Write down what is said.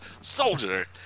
soldier